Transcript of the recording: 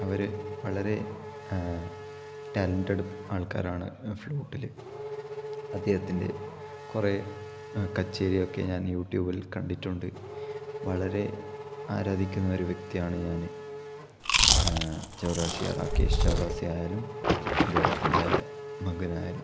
അവര് വളരെ ടാലെന്റ്ഡ് ആൾക്കാരാണ് ഫ്ലൂട്ടില് അദ്ദേഹത്തിന്റെ കുറെ കച്ചേരിയൊക്കെ ഞാന് യൂട്യൂബില് കണ്ടിട്ടുണ്ട് വളരെ ആരാധിക്കുന്ന ഒരു വ്യക്തിയാണ് ഞാന് ചെവറാസിയ രാകേഷ് ചെവറാസിയ അരുണ് അദ്ദേഹത്തിന്റെ മകനായാലും